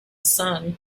sun